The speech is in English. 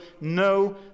no